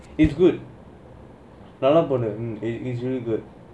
it's good நல்ல போகுது:nalla pogudhu is really good